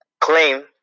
claim